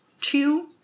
two